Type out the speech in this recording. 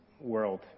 world